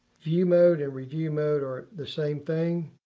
view mode and review mode are the same thing.